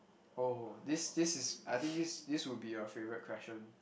oh this this is I think this this would be your favorite question